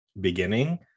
beginning